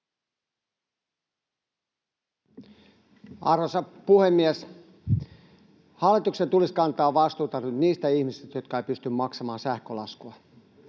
Arvoisa puhemies! Hallituksen tulisi kantaa vastuuta nyt niistä ihmisistä, jotka eivät pysty maksamaan sähkölaskua.